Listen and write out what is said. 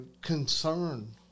concern